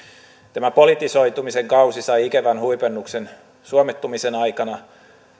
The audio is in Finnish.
tämä politisoitumisen kausi sai ikävän huipennuksen suomettumisen aikana